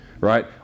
right